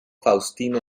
faustino